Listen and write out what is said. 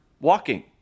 walking